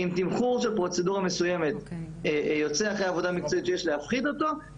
אם אחרי עבודה מקצועית יוצא שיש להפחית תמחור של פרוצדורה מסוימת,